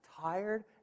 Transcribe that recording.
tired